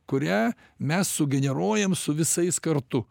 kurią mes sugeneruojam su visais kartu